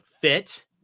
fit